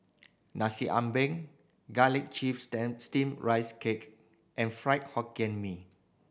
Nasi Ambeng garlic chives Steamed Rice Cake and Fried Hokkien Mee